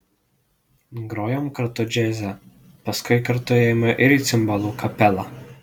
grojom kartu džiaze paskui kartu ėjome ir į cimbolų kapelą